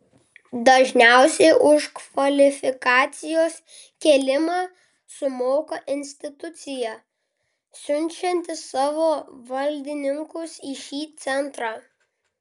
dažniausiai už kvalifikacijos kėlimą sumoka institucija siunčianti savo valdininkus į šį centrą